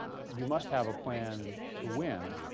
you must have a plan to win.